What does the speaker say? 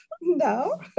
No